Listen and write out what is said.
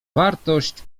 wartość